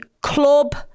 club